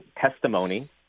testimony